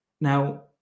Now